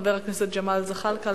חבר הכנסת ג'מאל זחאלקה.